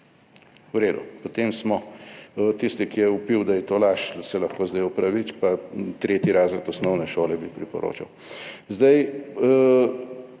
V redu. Potem smo, tisti, ki je vpil, da je to laž, da se lahko zdaj opraviči, pa tretji razred osnovne šole bi priporočal. Zdaj,